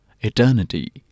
eternity